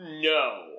No